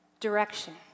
Direction